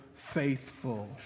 Faithful